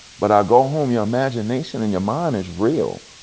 but i go home, your imagination and your mind is real,